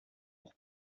pour